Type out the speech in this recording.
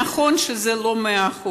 נכון שזה לא 100%,